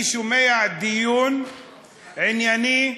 אני שומע דיון ענייני,